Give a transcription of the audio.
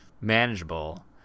manageable